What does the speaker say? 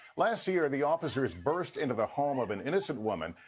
last year the officers burst into the home of an innocent woman,